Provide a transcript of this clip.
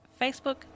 Facebook